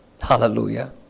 Hallelujah